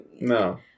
No